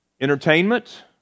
Entertainment